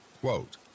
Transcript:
Quote